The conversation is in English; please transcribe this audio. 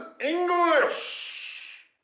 English